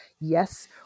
Yes